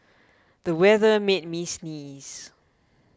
the weather made me sneeze